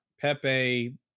Pepe